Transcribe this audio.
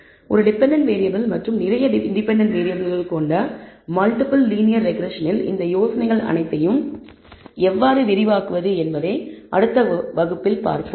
ஒரு dependent variable மற்றும் நிறைய இண்டிபெண்டன்ட் வேறியபிள்கள் கொண்ட மல்டிபிள் லீனியர் ரெக்ரெஸ்ஸனில் இந்த யோசனைகள் அனைத்தையும் எவ்வாறு விரிவாக்குவது என்பதை அடுத்த வகுப்பில் பார்ப்போம்